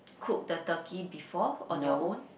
cook the turkey before on your own